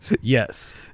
Yes